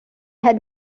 had